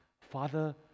Father